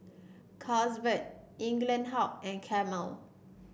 Carlsberg Eaglehawk and Camel